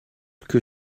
que